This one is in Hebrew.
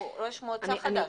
הוא ראש מועצה חדש.